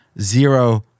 zero